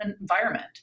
environment